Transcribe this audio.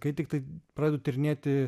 kai tiktai pradedu tyrinėti